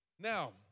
Now